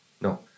No